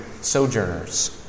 sojourners